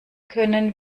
können